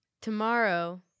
Tomorrow